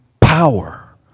power